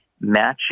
matching